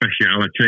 speciality